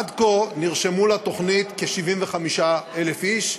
עד כה נרשמו לתוכנית כ-75,000 איש.